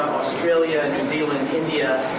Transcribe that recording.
australia, new zealand, india,